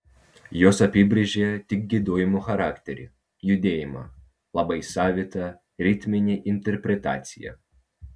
jos apibrėžė tik giedojimo charakterį judėjimą labai savitą ritminę interpretaciją